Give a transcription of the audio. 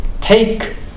take